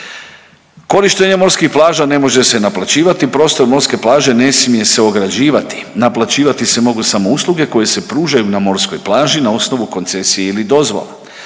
Korištenje morskih plaža ne može se naplaćivati, prostor morske plaže ne smije se ograđivati, naplaćivati se mogu samo usluge koje se pružaju na morskoj plaži, na osnovu koncesije ili dozvola.